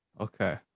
okay